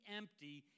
empty